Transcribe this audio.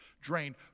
drained